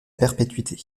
perpétuité